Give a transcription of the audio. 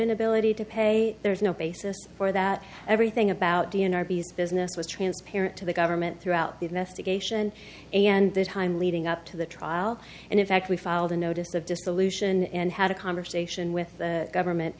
inability to pay there is no basis for that everything about the an arby's business was transparent to the government throughout the investigation and the time leading up to the trial and in fact we filed a notice of dissolution and had a conversation with the government